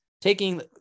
Taking